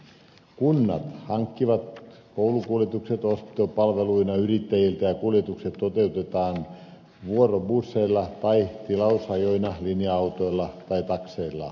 kunnat hankkivat koulukuljetukset ostopalveluina yrittäjiltä ja kuljetukset toteutetaan vuorobusseilla tai tilausajoina linja autoilla tai takseilla